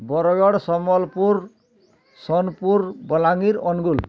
Bargarh Sambalpur Sonepur Balangir Angul